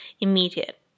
immediate